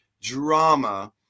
drama